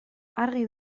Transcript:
argi